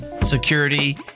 security